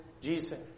Jesus